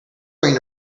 going